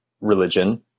religion